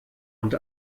und